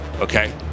okay